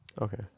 Okay